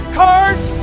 cards